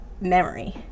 memory